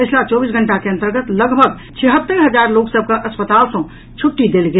पछिला चौबीस घंटा के अन्तर्गत लगभग छिहत्तरि हजार लोक सभ के अस्पताल सँ छुट्टी देल गेल